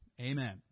Amen